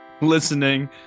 listening